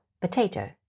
potato